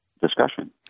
discussion